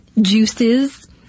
Juices